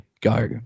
go